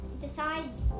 decides